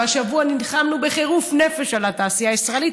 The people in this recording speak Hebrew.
השבוע נלחמנו בחירוף נפש על התעשייה הישראלית,